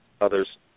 others